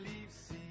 leaves